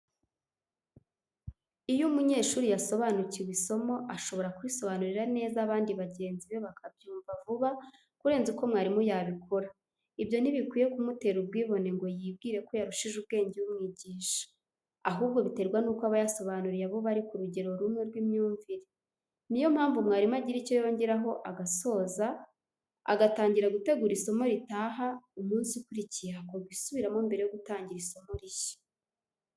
Iyo umunyeshuri yasobanukiwe isomo, ashobora kurisobanurira neza abandi bagenzi be bakabyumva vuba kurenza uko mwarimu yabikora, ibyo ntibikwiye kumutera ubwibone ngo yibwire ko yarushije ubwenge umwigisha, ahubwo biterwa nuko aba yasobanuriye abo bari ku rugero rumwe rw'imyumvire, ni yo mpamvu mwarimu agira icyo yongeraho agasoza, agatangira gutegura isomo ritaha, umunsi ukurikiye hakorwa isubiramo mbere yo gutangira isomo rishya.